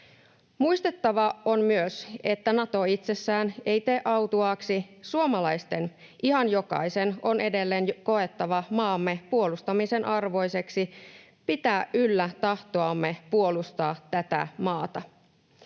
Muistettava on myös, että Nato itsessään ei tee autuaaksi. Suomalaisten, ihan jokaisen, on edelleen koettava maamme puolustamisen arvoiseksi. Se pitää yllä tahtoamme puolustaa tätä maata.